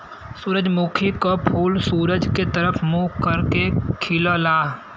सूरजमुखी क फूल सूरज के तरफ मुंह करके खिलला